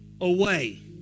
away